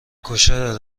کوشر